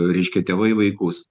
reiškia tėvai vaikus